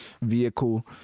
vehicle